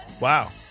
Wow